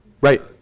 Right